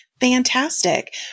Fantastic